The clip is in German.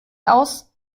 aus